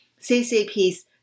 CCP's